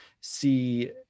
see